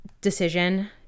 decision